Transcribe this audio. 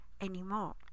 anymore